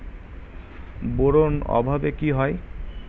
Boron অভাবে কি হয়?